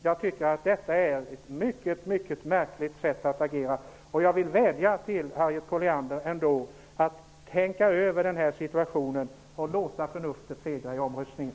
Jag tycker att detta är ett mycket märkligt sätt att agera, och jag vill vädja till Harriet Colliander att tänka över situationen och låta förnuftet segra i omröstningen.